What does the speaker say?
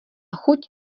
chuť